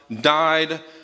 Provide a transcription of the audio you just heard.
died